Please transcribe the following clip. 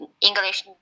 English